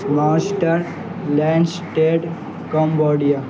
master launched Cambodia